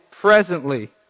presently